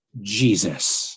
Jesus